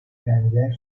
benzer